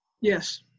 Yes